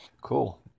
Cool